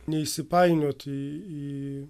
neįsipainiot į į